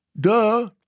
duh